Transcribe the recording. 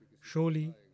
Surely